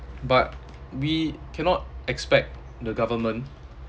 but we cannot expect the government